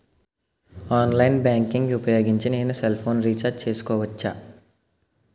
Online banking ఊపోయోగించి నేను నా సెల్ ఫోను ని రీఛార్జ్ చేసుకోవచ్చా?